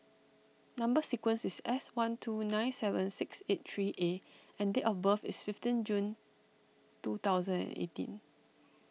Number Sequence is S one two nine seven six eight three A and date of birth is fifteen June two thousand and eighteen